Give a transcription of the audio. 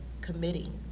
committing